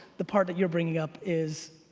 the part that your bringing up is.